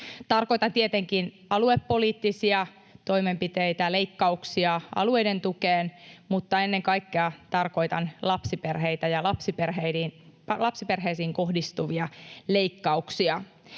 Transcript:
Tarkoitan tietenkin aluepoliittisia toimenpiteitä, leikkauksia alueiden tukeen, mutta ennen kaikkea tarkoitan lapsiperheitä ja lapsiperheisiin kohdistuvia leikkauksia.